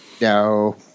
No